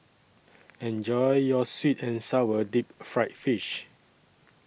Enjoy your Sweet and Sour Deep Fried Fish